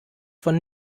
von